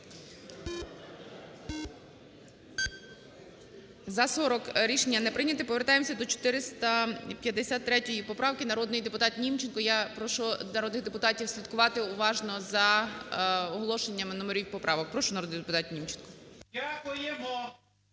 За-40 Рішення не прийнято. Повертаємося до 453 поправки. Народний депутатНімченко. Я прошу народних депутатів слідкувати уважно за оголошеннями номерів поправок. Прошу, народний депутатНімченко. 11:54:03